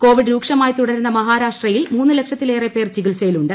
Covid രൂക്ഷമായി തുടരുന്ന മഹാരാഷ്ട്രയിൽ മൂന്നു ലക്ഷത്തിലേറെ പേർ ചികിത്സയിലുണ്ട്